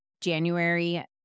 January